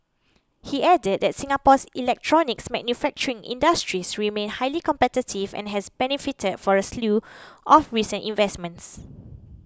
he added that Singapore's electronics manufacturing industry remained highly competitive and has benefited from a slew of recent investments